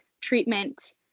treatment